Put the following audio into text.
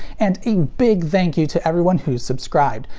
and a big thank you to everyone who's subscribed.